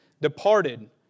departed